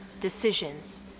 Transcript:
decisions